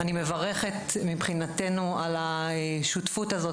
אני מברכת על השותפות הזאת,